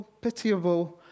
pitiable